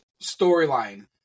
storyline